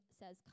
says